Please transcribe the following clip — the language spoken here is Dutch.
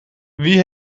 wie